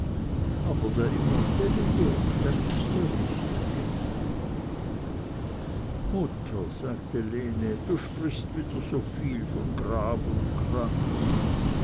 aber der immortellige das is der richtige mutter sagte lene du sprichst wieder soviel von grab und kranz